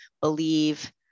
believe